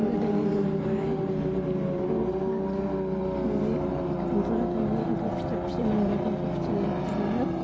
गोदोनि दिनावहाय एम्फौ लाथा बे एम्फौ लाथा मानि एम्फौ फिथोब फिसियोमोन बे फिथोबनिफ्रायनो